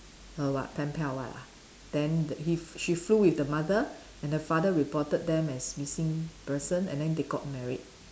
her what pen pal what ah then he she flew with the mother and the father reported them as missing person and then they got married